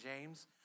James